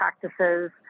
practices